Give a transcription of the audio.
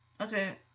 okay